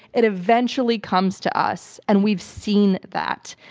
it eventually comes to us, and we've seen that.